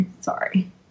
sorry